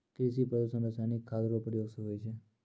कृषि प्रदूषण रसायनिक खाद रो प्रयोग से हुवै छै